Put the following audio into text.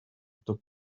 top